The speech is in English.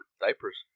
Diapers